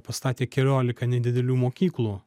pastatė keliolika nedidelių mokyklų